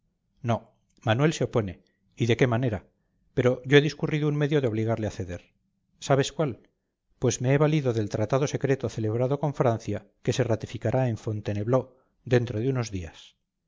no manuel se opone y de qué manera pero yo he discurrido un medio de obligarle a ceder sabes cuál pues me he valido del tratado secreto celebrado con francia que se ratificará en fontainebleau dentro de unos días